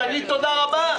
תגיד תודה רבה,